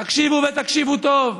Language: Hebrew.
תקשיבו, ותקשיבו טוב.